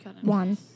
One